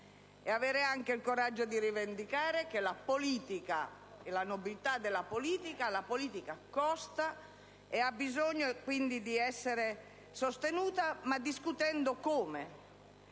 avere il coraggio di rivendicare che la nobiltà della politica costa e ha bisogno di essere sostenuta, ma discutendo come